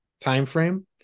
timeframe